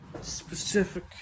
specific